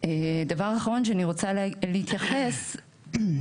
הדבר האחרון שאני רוצה להתייחס אליו,